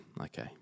Okay